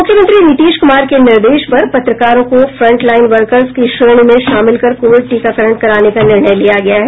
मुख्यमंत्री नीतीश कुमार के निर्देश पर पत्रकारों को फ्रंटलाइन वर्कर्स की श्रेणी में शामिल कर कोविड टीकाकरण कराने का निर्णय लिया गया है